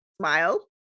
smile